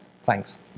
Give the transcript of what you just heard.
Thanks